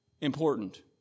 important